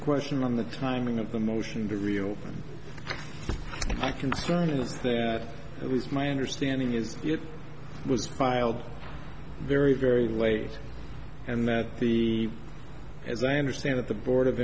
question on the timing of the motion to reopen i concern is that it was my understanding is it was filed very very late and that the as i understand it the board of